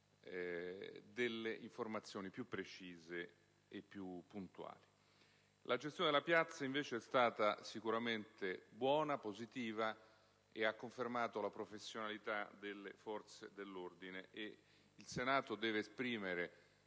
La gestione della piazza, invece, è stata sicuramente positiva e ha confermato la professionalità delle forze dell'ordine. Il Senato deve esprimere